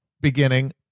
beginning